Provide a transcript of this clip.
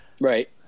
right